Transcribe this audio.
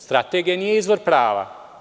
Strategija nije izvor prava.